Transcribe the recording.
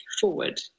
forward